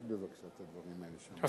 בממשלת ישראל מאז הונח החוק,